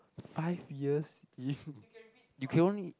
five years y~ you can only